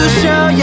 show